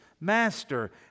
Master